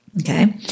Okay